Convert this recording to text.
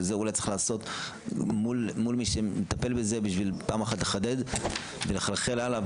שזה אולי צריך לעשות מול מי שמטפל בזה בשביל פעם אחת לחדד ולחלחל הלאה,